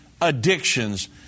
addictions